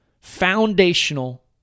foundational